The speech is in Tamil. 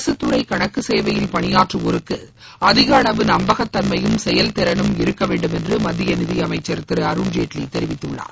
அரசுத் துறை கணக்கு சேவையில் பணியாற்றுவோருக்கு அதிகளவு நம்பகத்தன்மையும் செயல் திறனும் இருக்க வேண்டும் என்று மத்திய நிதியமைச்சர் திரு அருண்ஜேட்லி தெரிவித்துள்ளார்